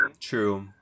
True